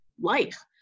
life